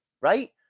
right